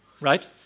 right